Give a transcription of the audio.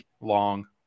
long